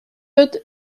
lot